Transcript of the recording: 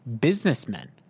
businessmen